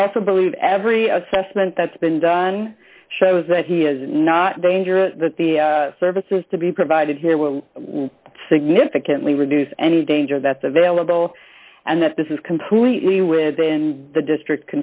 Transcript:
we also believe every assessment that's been done shows that he is not dangerous that the services to be provided here will significantly reduce any danger that's available and that this is completely within the district